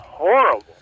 Horrible